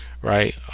right